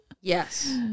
yes